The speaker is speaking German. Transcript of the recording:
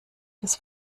des